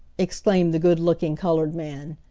exclaimed the good-looking colored man.